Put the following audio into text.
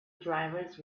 drivers